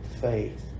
faith